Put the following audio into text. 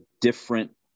different